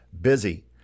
busy